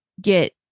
get